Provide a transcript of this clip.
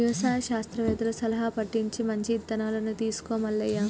యవసాయ శాస్త్రవేత్తల సలహా పటించి మంచి ఇత్తనాలను తీసుకో మల్లయ్య